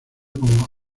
como